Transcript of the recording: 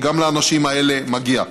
כי גם לאנשים האלה מגיע.